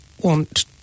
want